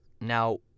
Now